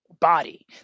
body